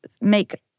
make